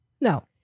No